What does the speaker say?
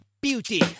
beauty